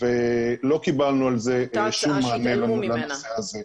ולא קיבלנו על שום מענה בנושא הזה.